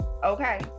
Okay